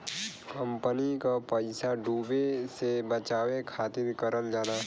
company क पइसा डूबे से बचावे खातिर करल जाला